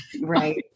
right